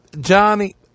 Johnny